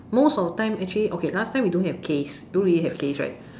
most of the time actually okay last time we don't have case don't really have case right